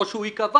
או הוא ייקבע,